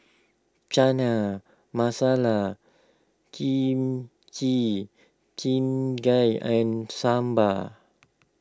Chana Masala Kimchi Jjigae and Sambar